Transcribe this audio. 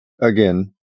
again